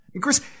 Chris